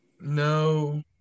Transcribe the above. no